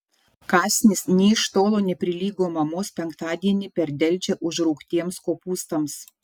kąsnis nė iš tolo neprilygo mamos penktadienį per delčią užraugtiems kopūstams